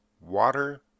water